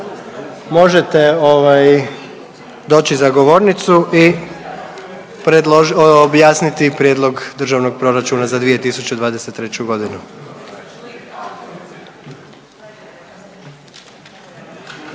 možete doći za govornicu i objasniti Prijedlog Državnog proračuna za 2023. godinu.